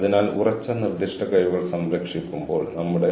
അതിനാൽ ഇതാണ് mediation process